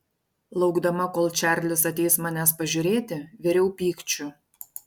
laukdama kol čarlis ateis manęs pažiūrėti viriau pykčiu